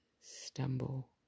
stumble